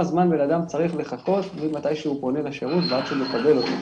זמן אדם צריך לחכות מזמן שהוא פונה לשירות ועד שהוא מקבל אותו.